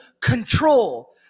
control